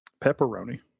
Pepperoni